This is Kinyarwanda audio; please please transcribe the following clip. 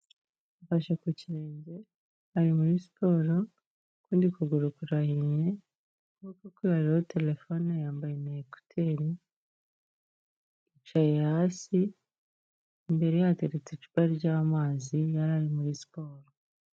Afashe ku kirenge ari muri siporo, ukundi kuguru kurahinnye, ku gutwi kwe hariho telefone yambaye ecouter, yicaye hasi, imbere yateretse icupa ry'amazi, yari ari muri siporo.